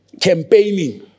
campaigning